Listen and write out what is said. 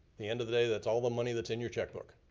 the end of the day, that's all the money that's in your checkbook.